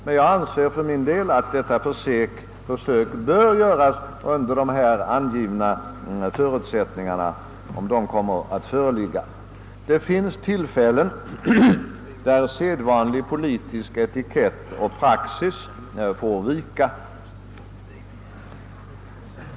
Men jag anser för min del att detta försök bör göras under de här angivna förutsättningarna. Det finns tillfällen då hänsynen till sedvanlig politisk etikett och praxis får vika.